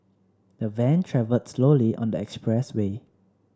the van travelled slowly on the expressway